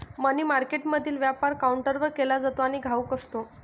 मनी मार्केटमधील व्यापार काउंटरवर केला जातो आणि घाऊक असतो